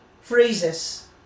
phrases